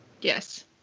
Yes